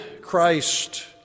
Christ